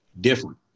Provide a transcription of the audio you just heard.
different